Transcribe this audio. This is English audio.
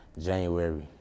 January